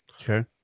Okay